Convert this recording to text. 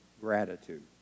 gratitude